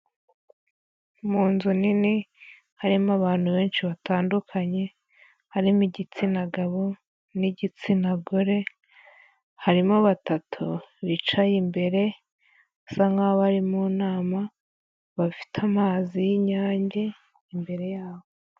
Mu nzu nini harimo abantu benshi batandukanye harimo igitsina gabo n'igitsina gore, harimo batatu bicaye imbere basa nk'abari mu nama bafite amazi y'inyange imbere yabo.